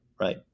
right